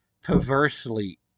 perversely